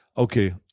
Okay